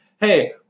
hey